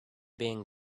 being